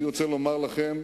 אני רוצה לומר לכם,